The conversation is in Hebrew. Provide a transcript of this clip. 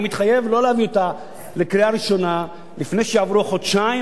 אני מתחייב לא להביא אותה לקריאה ראשונה לפני שיעברו חודשיים,